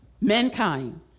mankind